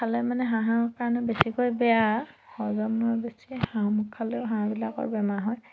খালে মানে হাঁহৰ কাৰণে বেছিকৈ বেয়া হজম নহয় বেছিকৈ শামুক খালেও হাঁহবিলাকৰ বেমাৰ হয়